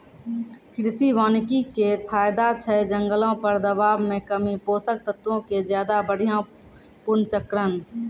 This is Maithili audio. कृषि वानिकी के फायदा छै जंगलो पर दबाब मे कमी, पोषक तत्वो के ज्यादा बढ़िया पुनर्चक्रण